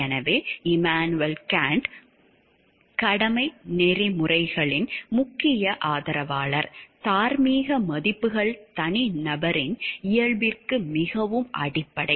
எனவே Immanuel Kant கடமை நெறிமுறைகளின் முக்கிய ஆதரவாளர் தார்மீக மதிப்புகள் தனிநபரின் இயல்புக்கு மிகவும் அடிப்படை